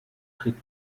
tritt